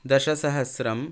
दशसहस्रम्